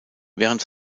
während